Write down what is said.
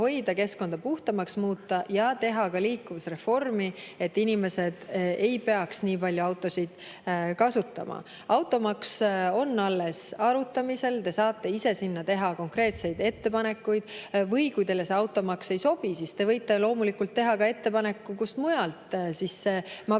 keskkonda puhtamaks muuta ja teha liikuvusreformi, et inimesed ei peaks nii palju autosid kasutama. Automaks on alles arutamisel, te saate ise sinna teha konkreetseid ettepanekuid. Või kui teile automaks ei sobi, siis te võite loomulikult teha ka ettepaneku, kust mujalt see